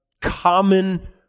common